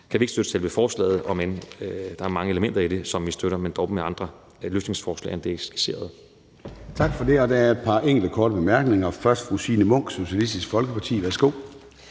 kan vi ikke støtte selve forslaget, om end der er mange elementer i det, som vi støtter, men dog med andre løsningsforslag end de skitserede. Kl. 13:49 Formanden (Søren Gade): Tak for det. Der er et par enkelte korte bemærkninger. Den første er fra fru Signe Munk, Socialistisk Folkeparti. Værsgo.